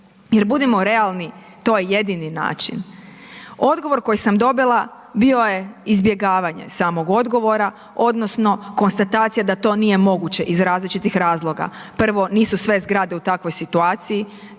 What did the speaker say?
jer budimo realni to je jedini način. Odgovor koji sam dobila bio je izbjegavanje samog odgovora odnosno konstatacija da to nije moguće iz različitih razloga. Prvo nisu sve zgrade u takvoj situaciji